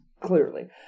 clearly